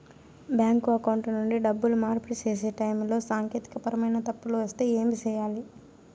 bank account నుండి డబ్బులు మార్పిడి సేసే టైములో సాంకేతికపరమైన తప్పులు వస్తే ఏమి సేయాలి